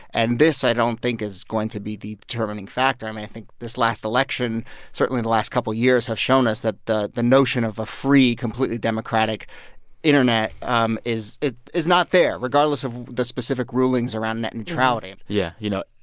and this, i don't think, is going to be the determining factor. i mean, i think this last election certainly the last couple years has shown us that the the notion of a free, completely democratic internet um is not there, regardless of the specific rulings around net neutrality yeah, you know,